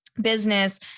business